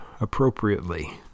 appropriately